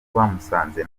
bamusanze